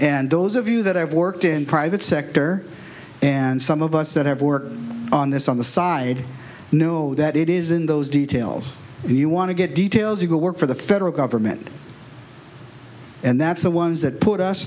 and those of you that i've worked in private sector and some of us that have worked on this on the side know that it is in those details and you want to get details you go work for the federal government and that's the ones that put us